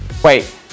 Wait